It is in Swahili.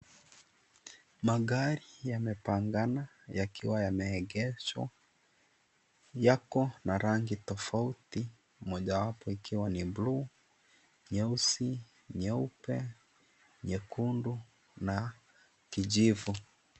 Magari yamepangana yakiwa yameegeshwa, yako na rangi tofauti mojawapo ikiwa ni bluu , nyeusi, nyeupe, nyekundu na kijivu.